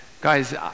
guys